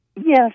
Yes